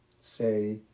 Say